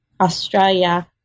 Australia